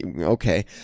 Okay